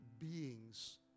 Beings